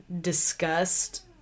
discussed